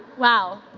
wow,